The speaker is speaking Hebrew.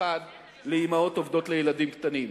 אחד לאמהות עובדות עם ילדים קטנים.